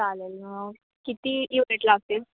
चालेल मग किती युनिट लागतील